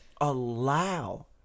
allow